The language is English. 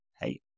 hey